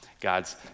God's